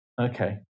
Okay